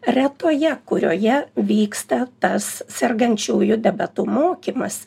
retoje kurioje vyksta tas sergančiųjų diabetų mokymas